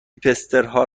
هیپسترها